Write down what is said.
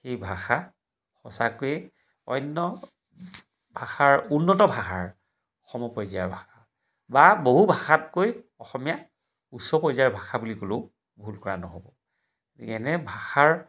সেই ভাষা সঁচাকৈয়ে অন্য ভাষাৰ উন্নত ভাষাৰ সমপৰ্যায়ৰ ভাষা বা বহু ভাষাতকৈ অসমীয়া উচ্চ পৰ্যায়ৰ ভাষা বুলি ক'লেও ভুল কৰা নহ'ব এনে ভাষাৰ